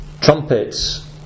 trumpets